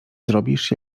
zrobisz